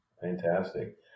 Fantastic